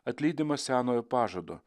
atlydimas senojo pažado